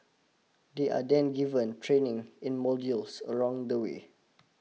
they are then given training in modules along the way